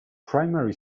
primary